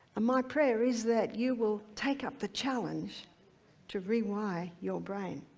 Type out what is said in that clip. ah my prayer is that you will take up the challenge to rewire your brain.